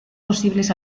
posibles